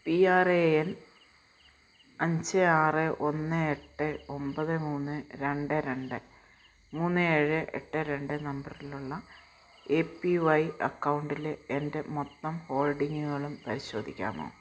P R A N അഞ്ച് ആറ് ഒന്ന് എട്ട് ഒമ്പത് മൂന്ന് രണ്ട് രണ്ട് മൂന്ന് ഏഴ് എട്ട് രണ്ട് നമ്പറുള്ള എ പി വൈ അക്കൗണ്ടിലെ എൻ്റെ മൊത്തം ഹോൾഡിംഗുകളും പരിശോധിക്കാമോ